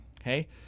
Okay